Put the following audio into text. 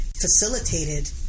facilitated